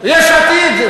יש עתיד.